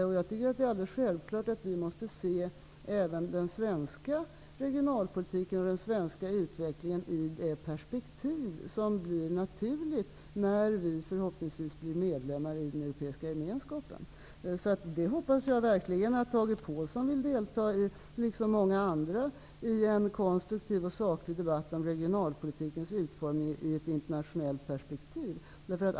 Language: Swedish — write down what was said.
Det är enligt min mening alldeles självklart att vi måste se även den svenska regionalpolitiken och den svenska utvecklingen i det perspektiv som blir naturligt när vi förhoppningsvis blir medlemmar i den europeiska gemenskapen. Jag hoppas verkligen att Tage Påhlsson och många andra vill delta i en konstruktiv och saklig debatt om regionalpolitikens utformning i ett internationellt perspektiv.